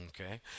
Okay